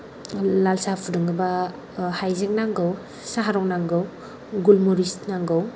लाल साह फुदुंनोबा हाइजें नांगौ साहा रं नांगौ गुलमरिस नांगौ